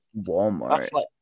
Walmart